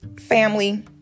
family